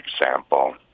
example